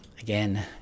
Again